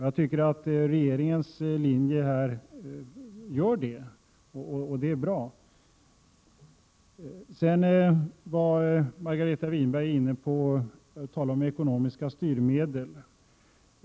— Jag tycker att regeringens linje här gör 6 juni 1988 det, och det är bra. Margareta Winberg var också inne på frågan om ekonomiska styrmedel.